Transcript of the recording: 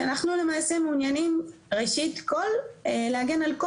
שאנחנו למעשה מעוניינים ראשית כל להגן על כל